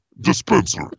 dispenser